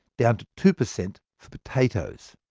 down to two per cent for potatoes.